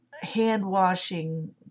hand-washing